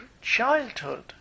childhood